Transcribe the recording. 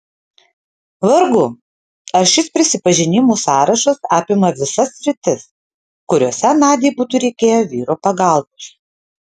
vargu ar šis prisipažinimų sąrašas apima visas sritis kuriose nadiai būtų reikėję vyro pagalbos